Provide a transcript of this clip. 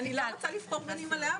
אני לא רוצה לבחור בין אמא לאבא.